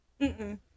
Mm-mm